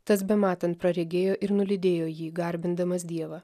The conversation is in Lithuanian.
tas bematant praregėjo ir nulydėjo jį garbindamas dievą